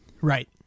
Right